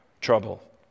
trouble